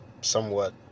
somewhat